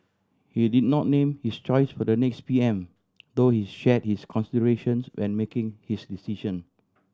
he did not name his choice for the next P M though he shared his considerations when making his decision